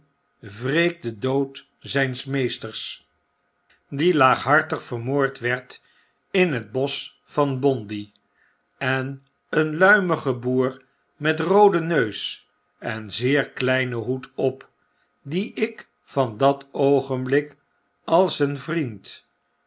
den dood zyns meesters die laaghartig vermoord werd in het bosch van bondy en een luimige boer met rooden neus en zeer kleinen hoed op dien ik van dat oogenblik als een vriend